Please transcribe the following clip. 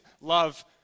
love